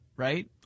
right